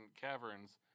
caverns